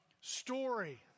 story